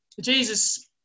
Jesus